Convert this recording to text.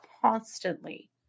constantly